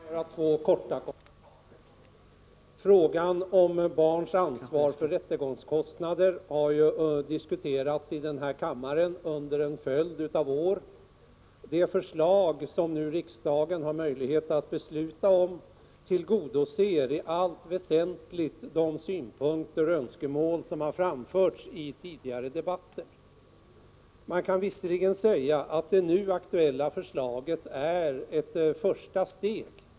Herr talman! Jag skall bara göra två korta kommentarer. Frågan om barns ansvar för rättegångskostnader har diskuterats här i kammaren vid olika tillfällen under en följd av år. Det förslag som riksdagen nu har möjlighet att bifalla tillgodoser i allt väsentligt de synpunkter och önskemål som framförts i tidigare debatter. Man kan visserligen säga att det nu aktuella förslaget bara är ett första steg.